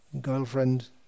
girlfriend